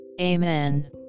Amen